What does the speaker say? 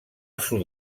sud